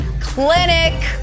clinic